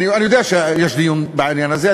אני יודע שיש דיון בעניין הזה,